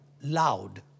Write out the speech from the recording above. loud